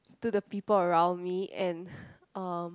to the people around me and um